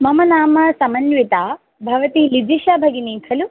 मम नाम समन्विता भवती लिजिषा भगिनी खलु